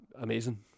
amazing